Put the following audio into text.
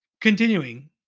continuing